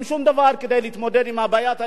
שום דבר כדי להתמודד עם בעיית הדיור.